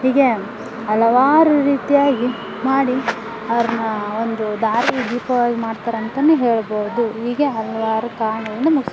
ಹೀಗೆ ಹಲವಾರು ರೀತಿಯಾಗಿ ಮಾಡಿ ಅವ್ರನ್ನ ಒಂದು ದಾರಿ ದೀಪವಾಗಿ ಮಾಡ್ತಾರಂತನೇ ಹೇಳ್ಬೋದು ಹೀಗೆ ಹಲವಾರು ಕಾರಣದಿಂದ ಮುಗ್ಸಿ